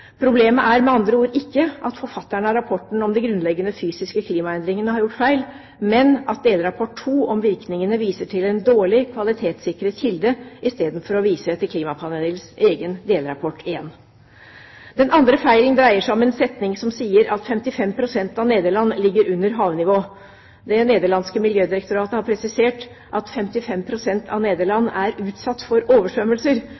Problemet er med andre ord ikke at forfatterne av rapporten om de grunnleggende fysiske klimaendringene har gjort feil, men at delrapport 2, om virkningene, viser til en dårlig kvalitetssikret kilde istedenfor å vise til klimapanelets egen delrapport 1. Den andre feilen dreier seg om en setning som sier at 55 pst. av Nederland ligger under havnivå. Det nederlandske miljødirektoratet har presisert at 55 pst. av